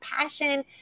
passion